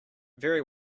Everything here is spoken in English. very